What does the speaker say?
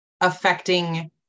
affecting